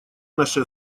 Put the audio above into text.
наше